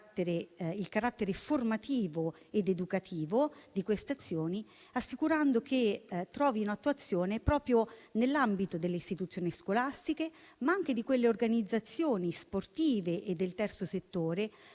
il carattere formativo ed educativo di queste azioni e assicurando che trovino attuazione proprio nell'ambito delle istituzioni scolastiche, ma anche delle organizzazioni sportive e del terzo settore;